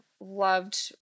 loved